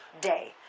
day